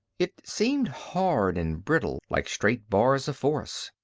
it seemed hard and brittle, like straight bars of force.